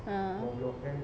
uh